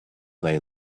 they